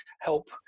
help